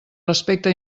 respecte